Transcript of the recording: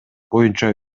боюнча